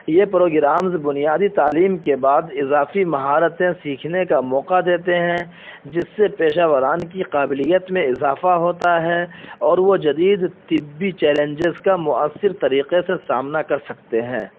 یہ پروگرامز بنیادی تعلیم کے بعد اضافی مہارتیں سیکھنے کا موقع دیتے ہیں جس سے پیشہ وران کی قابلیت میں اضافہ ہوتا ہے اور وہ جدید طبی چیلنجز کا مؤثر طریقے سے سامنا کر سکتے ہیں